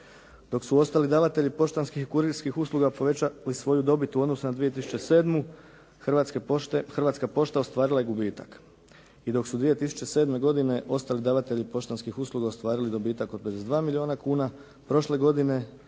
dok su ostali davatelji poštanskih i kurirskih usluga povećali svoju dobit u odnosu na 2007. Hrvatska pošta ostvarila je gubitak. I dok su 2007. ostali davatelji poštanskih usluga ostvarili dobitak od 52 milijuna kuna prošle godine i